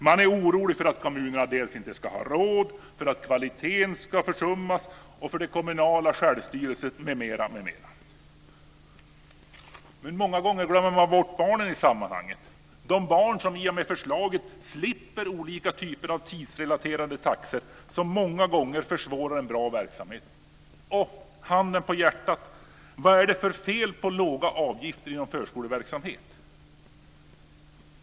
Man är orolig för att kommunerna inte ska ha råd, för att kvaliteten ska försummas, för att den kommunala självstyrelsen hotas, m.m. Många gånger glömmer man bort barnen i sammanhanget, de barn som i och med förslaget slipper olika typer av tidsrelaterade taxor, som många gånger försvårar en bra verksamhet. Och, handen på hjärtat, vad är det för fel på låga avgifter inom förskoleverksamheten?